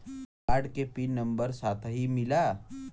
Card के PIN number number साथही मिला?